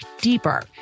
deeper